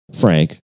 Frank